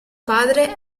padre